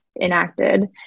enacted